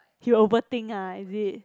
he overthink ah is it